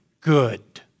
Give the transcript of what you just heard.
good